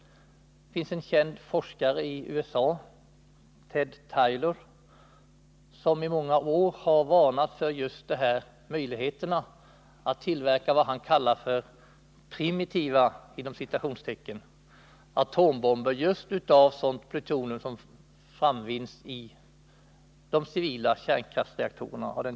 Det finns en känd forskare i USA, Ted Taylor, som under många år varnat just för möjligheterna att tillverka vad han kallar ”primitiva” atombomber just av sådant plutonium som framvinnes ur de civila kärnkraftsreaktorerna.